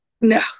no